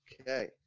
Okay